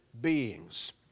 beings